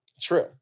True